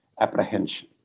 apprehension